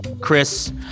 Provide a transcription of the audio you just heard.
Chris